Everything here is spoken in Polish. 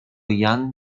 jan